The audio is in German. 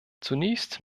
zunächst